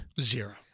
Zero